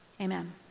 Amen